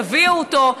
תביאו אותו,